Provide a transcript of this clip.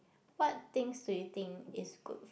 what things do you think is good